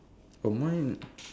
oh mine